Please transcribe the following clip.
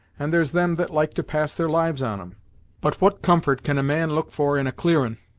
and there's them that like to pass their lives on em but what comfort can a man look for in a clearin',